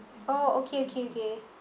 oh okay okay okay